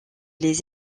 les